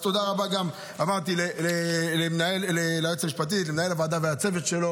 אני חייב, באמת, לוועדה הנושא,